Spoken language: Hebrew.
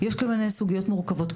ישנן כל מיני סוגיות מורכבות,